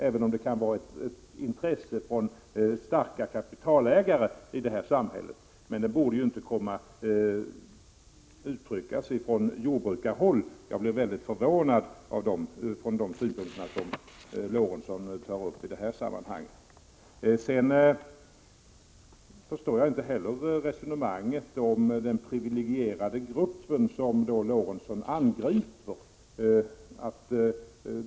Även om detta kan vara ett intresse från starka kapitalägare i 43 samhället, så borde det inte komma till uttryck från jordbrukarhåll. Jag blev mycket förvånad över att de synpunkterna togs upp av Sven Eric Lorentzon i detta sammanhang. Jag förstår inte heller resonemanget om den privilegierade gruppen, som Sven Eric Lorentzon då angriper.